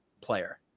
player